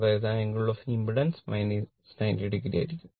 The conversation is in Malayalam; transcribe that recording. അതായത് ആംഗിൾ ഓഫ് ഇംപെഡൻസ് 90o ആയിരിക്കും